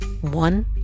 One